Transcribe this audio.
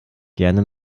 gern